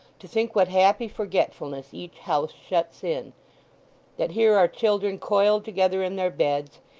to think what happy forgetfulness each house shuts in that here are children coiled together in their beds,